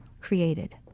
created